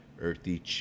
Earthy